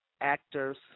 actors